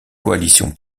coalition